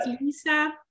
Lisa